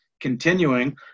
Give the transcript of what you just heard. continuing